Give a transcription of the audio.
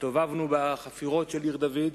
הסתובבנו בחפירות של עיר-דוד,